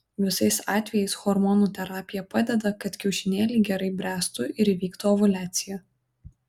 visais atvejais hormonų terapija padeda kad kiaušinėliai gerai bręstų ir įvyktų ovuliacija